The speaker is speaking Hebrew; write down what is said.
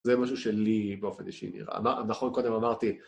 זה משהו שלי, באופן אישי, נראה. מה... נכון, קודם אמרתי...?